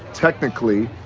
technically,